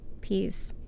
Peace